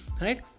right